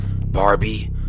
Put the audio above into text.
Barbie